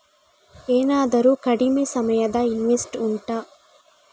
ಏನಾದರೂ ಕಡಿಮೆ ಸಮಯದ ಇನ್ವೆಸ್ಟ್ ಉಂಟಾ